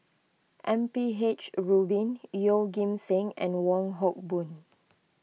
M P H Rubin Yeoh Ghim Seng and Wong Hock Boon